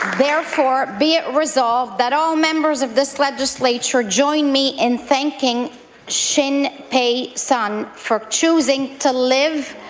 therefore be it resolved that all members of this legislature join me in thanking xinpei sun for choosing to live,